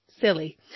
silly